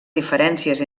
diferències